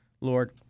Lord